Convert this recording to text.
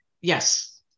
Yes